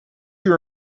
you